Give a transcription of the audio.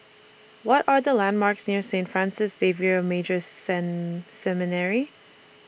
What Are The landmarks near Saint Francis Xavier Major Seminary